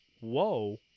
whoa